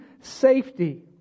safety